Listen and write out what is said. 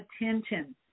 attention